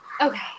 Okay